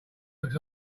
looks